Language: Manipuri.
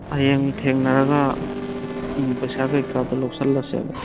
ꯍꯌꯦꯡ ꯊꯦꯡꯅꯔꯒ ꯎꯝ ꯄꯩꯁꯥ ꯀꯩꯀꯥꯗꯣ ꯂꯧꯁꯜꯂꯁꯦꯕ